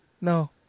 No